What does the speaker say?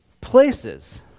places